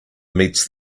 meets